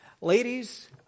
Ladies